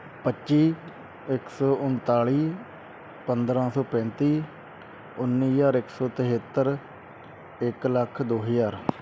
ਪੱਚੀ ਇੱਕ ਸੌ ਉਨਤਾਲੀ ਪੰਦਰ੍ਹਾਂ ਸੌ ਪੈਂਤੀ ਉੱਨੀ ਹਜ਼ਾਰ ਇੱਕ ਸੌ ਤੇਹੱਤਰ ਇੱਕ ਲੱਖ ਦੋ ਹਜ਼ਾਰ